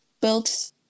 built